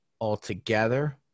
altogether